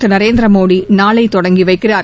திரு நரேந்திரமோடி நாளை தொடங்கி வைக்கிறார்